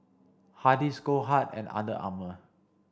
Hardy's Goldheart and Under Armour